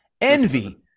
Envy